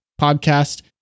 podcast